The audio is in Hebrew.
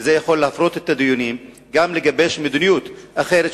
וזה יכול להפרות את הדיונים וגם לגבש מדיניות אחרת,